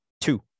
Two